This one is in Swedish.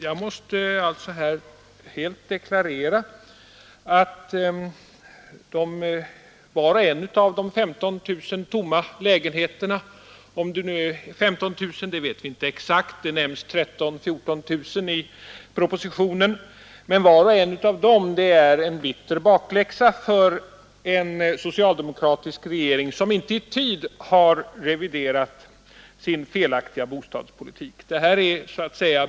Jag måste alltså här deklarera att var och en av de 15 000 tomma lägenheterna — om det nu är 15 000, det vet vi inte exakt, det nämns 13 000—14 000 i propositionen — är en bitter bakläxa för en socialdemokratisk regering som inte i tid har reviderat sin felaktiga bostadspolitik.